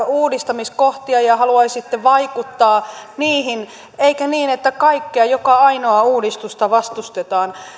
uudistamiskohtia ja haluaisitte vaikuttaa niihin eikä niin että kaikkea joka ainoaa uudistusta vastustetaan